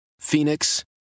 Phoenix